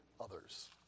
others